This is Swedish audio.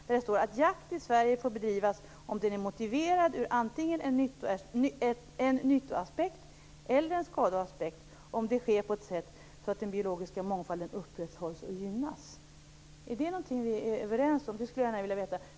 Där står det: Jakt i Sverige får bedrivas om den är motiverad ur antingen en nyttoaspekt eller en skadeaspekt, om det sker på ett sätt så att den biologiska mångfalden upprätthålls och gynnas. Är det något som vi är överens om? Det skulle jag gärna vilja veta.